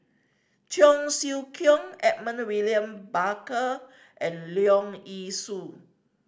Cheong Siew Keong Edmund William Barker and Leong Yee Soo